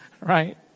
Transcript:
Right